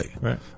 right